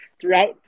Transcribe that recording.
throughout